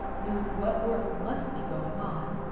knew what work must be going on,